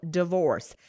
divorce